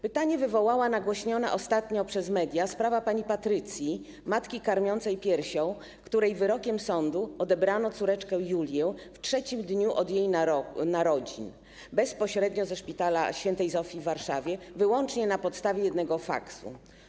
Pytanie wywołała nagłośniona ostatnio przez media sprawa pani Patrycji, matki karmiącej piersią, której wyrokiem sądu odebrano córeczkę Julię w 3 dni od jej narodzin bezpośrednio ze szpitala św. Zofii w Warszawie wyłącznie na podstawie jednego faksu.